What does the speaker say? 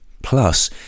Plus